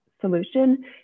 solution